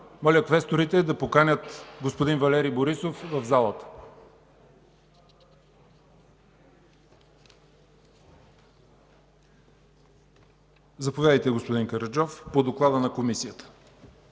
Моля квесторите да поканят господин Валери Борисов в залата. Заповядайте, господин Караджов, по доклада на Комисията.